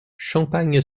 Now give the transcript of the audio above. champagne